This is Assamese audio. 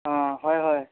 অঁ হয় হয়